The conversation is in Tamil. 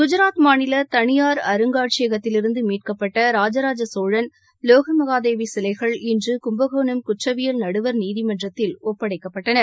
குஜராத் மாநில தனியார் அருங்காட்சியகத்திலிருந்து மீட்கப்பட்ட ராஜராஜ சோழன் வோகமகாதேவி சிலைகள் இன்று கும்பகோணம் குற்றவியல் நடுவர் நீதிமன்றத்தில் ஒப்படைக்கப்பட்டன